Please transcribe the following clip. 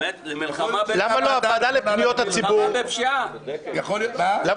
האמת, הוועדה למלחמה בפשיעה צריך